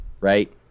Right